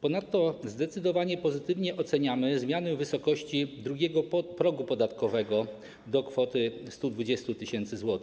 Ponadto zdecydowanie pozytywnie oceniamy zmiany wysokości drugiego progu podatkowego do kwoty 120 tys. zł,